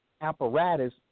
apparatus